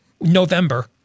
November